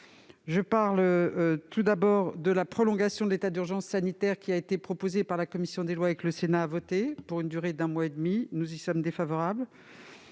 Je citerai tout d'abord la prolongation de l'état d'urgence sanitaire proposée par la commission des lois et votée par le Sénat pour une durée d'un mois et demi. Nous y sommes défavorables.